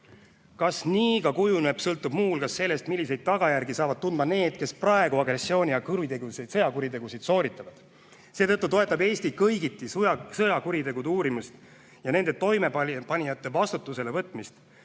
Kas nii ka kujuneb, sõltub muu hulgas sellest, milliseid tagajärgi saavad tundma need, kes praegu agressiooni- ja sõjakuritegusid sooritavad. Seetõttu toetab Eesti kõigiti sõjakuritegude uurimist ja nende toimepanijate vastutusele võtmist,